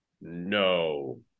no